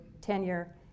tenure